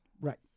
Right